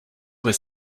were